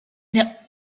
der